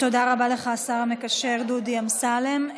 תודה רבה לך, השר המקשר דודי אמסלם.